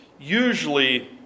Usually